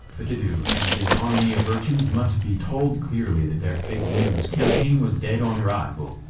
fatodu and his army of urchins must be told clearly that their fake news campaign was dead on arrival.